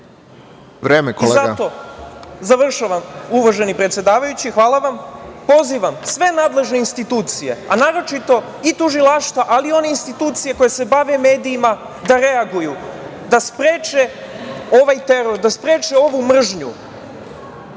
kolega.)Završavam, uvaženi predsedavajući. Hvala vam. Pozivam sve nadležne institucije, a naročito tužilaštva, ali i one institucije koje se bave medijima da reaguju, da spreče ovaj teror, da spreče ovu mržnju,